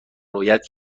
رویت